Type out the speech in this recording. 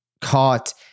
caught